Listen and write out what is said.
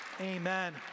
Amen